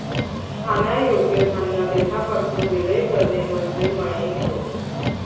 खाण्यायोग्य धान्य देठापासून वेगळे करणे म्हणजे मळणी होय